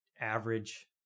average